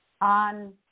on